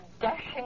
dashing